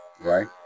Right